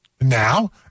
Now